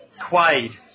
Quaid